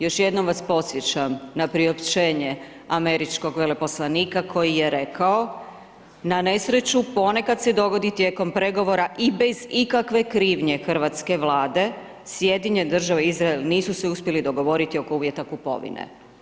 Još jednom vas podsjećam na priopćenje američkog veleposlanika koji je rekao na nesreću ponekad se dogodi tijekom pregovora i bez ikakve krivnje hrvatske Vlade Sjedinjene Države i Izrael nisu se uspjeli dogovoriti oko uvjeta kupovine.